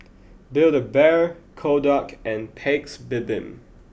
build A Bear Kodak and Paik's Bibim